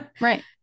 Right